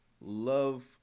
love